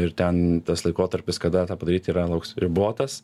ir ten tas laikotarpis kada tą padaryt yra toks ribotas